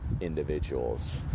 individuals